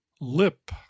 Lip